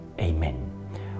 Amen